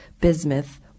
bismuth